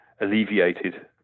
alleviated